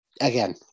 again